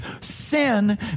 sin